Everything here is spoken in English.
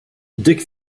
dick